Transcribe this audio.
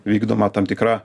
vykdoma tam tikra